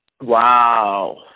Wow